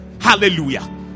Hallelujah